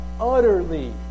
utterly